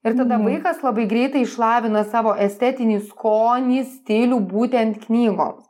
ir tada vaikas labai greitai išlavina savo estetinį skonį stilių būtent knygoms